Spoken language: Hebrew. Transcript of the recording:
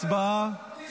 יואב סגלוביץ'